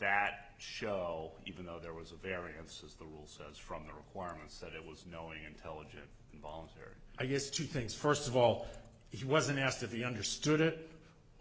that show even though there was a variance as the rule says from the requirements that it was knowing intelligent voluntary i guess two things first of all he wasn't asked of the understood it